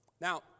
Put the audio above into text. Now